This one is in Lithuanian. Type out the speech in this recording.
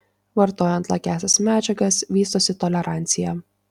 vartojant lakiąsias medžiagas vystosi tolerancija